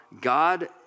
God